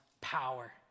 power